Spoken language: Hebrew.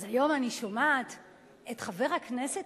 אז היום אני שומעת את חבר הכנסת